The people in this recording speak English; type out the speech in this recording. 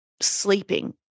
sleeping